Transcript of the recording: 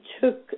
took